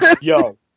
Yo